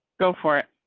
go for it.